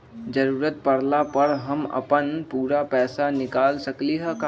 जरूरत परला पर हम अपन पूरा पैसा निकाल सकली ह का?